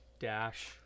dash